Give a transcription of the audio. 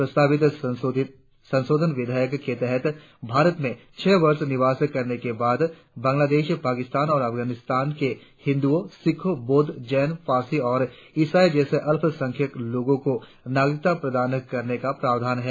प्रस्तावित संशोधन विधायक के तहत भारत में छह वर्ष निवास करने के बाद बांलादेशपाकिस्तान और आफगानिस्थान के हिंदुओ सिखो बौद्ध जैन पारसी और इसाई जैसे अल्प संख्यक लोगो को नागरिकता प्रदान करने का प्रावधान है